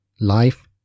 life